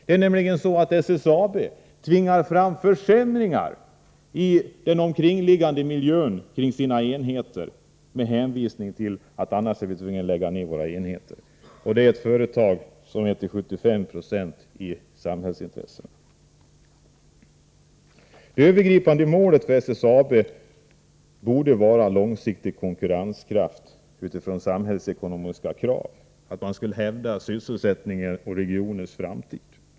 Det är nämligen så att SSAB tvingar fram försämringar i den miljö som omger dess enheter med hänvisning till att man annars är tvungen att lägga ned sina enheter — och det är ett företag som till 75 Jo ägs av samhällsintressena. Det övergripande målet för SSAB borde vara långsiktig konkurrenskraft utifrån samhällsekonomiska krav, dvs. att man skulle hävda sysselsättningens och regionens framtid.